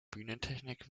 bühnentechnik